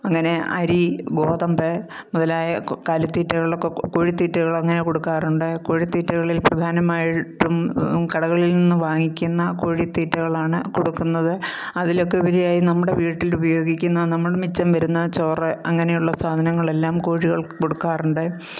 അങ്ങനെ അരി ഗോതമ്പ് മുതലായ കാലിത്തിറ്റകളൊക്കെ കോഴിത്തീറ്റകൾ അങ്ങനെ കൊടുക്കാറുണ്ട് കോഴിത്തീറ്റകളിൽ പ്രധാനമായിട്ടും കടകളിൽ നിന്ന് വാങ്ങിക്കുന്ന കോഴി തീറ്റകളാണ് കൊടുക്കുന്നത് അതിലൊക്കെ ഉപരിയായി നമ്മുടെ വീട്ടിൽ ഉപയോഗിക്കുന്ന നമ്മൾ മിച്ചം വരുന്ന ചോറ് അങ്ങനെയുള്ള സാധനങ്ങളെല്ലാം കോഴികൾക്ക് കൊടുക്കാറുണ്ട്